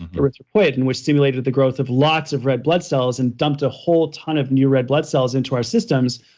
but erythropoietin, and where it stimulated the growth of lots of red blood cells and dumped a whole ton of new red blood cells into our systems,